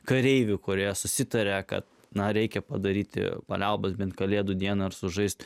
kareivių kurie susitaria kad na reikia padaryti paliaubas bent kalėdų dieną ir sužaisti